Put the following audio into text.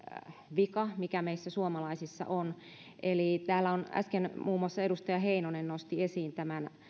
vika mikä meissä suomalaisissa on eli täällä äsken muun muassa edustaja heinonen nosti esiin tämän